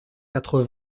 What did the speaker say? quatre